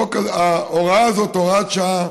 ההוראה הזאת, הוראת השעה,